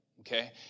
Okay